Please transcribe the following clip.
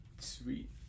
Sweet